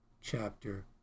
chapter